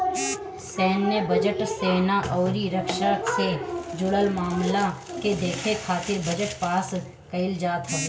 सैन्य बजट, सेना अउरी रक्षा से जुड़ल मामला के देखे खातिर बजट पास कईल जात हवे